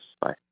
Bye